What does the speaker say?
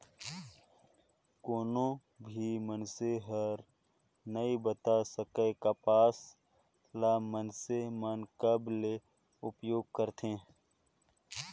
कोनो भी मइनसे हर नइ बता सके, कपसा ल मइनसे मन कब ले उपयोग करथे